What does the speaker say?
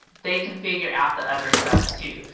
they can figure out the other stuff too.